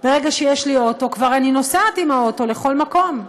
ברגע שיש לי אוטו אני כבר נוסעת עם האוטו לכל מקום.